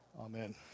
Amen